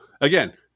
again